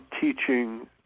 teaching